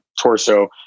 torso